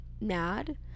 mad